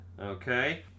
okay